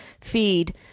feed